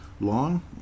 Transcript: long